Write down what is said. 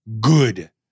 good